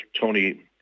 Tony